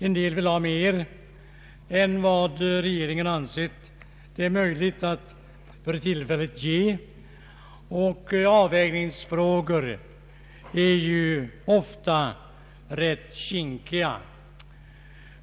En del vill ha mer än vad regeringen ansett det möjligt att för tillfället ge, och avvägningsfrågor är ju ofta rätt kinkiga.